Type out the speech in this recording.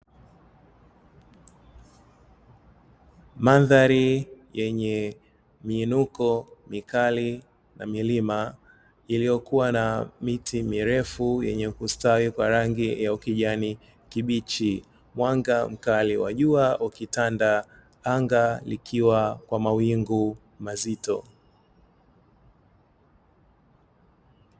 Mandhari yenye miinuko mikali ya milima, iliyokuwa na miti mirefu yenye kustawi kwa rangi ya ukijani kibichi. Mwanga mkali wa jua ukitanda anga likiwa kwa mawingu mazito.